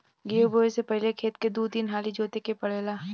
गेंहू बोऐ से पहिले खेत के दू तीन हाली जोते के पड़ेला